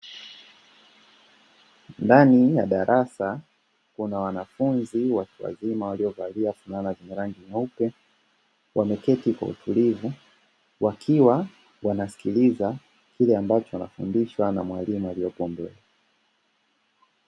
Ndani ya darasa, kuna wanafunzi watu wazima waliovalia fulana za rangi nyeupe, wameketi kwa utulivu, wakiwa wanasikiliza kile ambacho wanafundishwa na mwalimu aliyepo mbele.